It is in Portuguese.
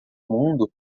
mundo